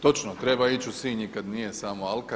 točno treba ići u Sinj i kad nije samo alka.